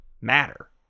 matter